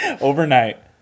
Overnight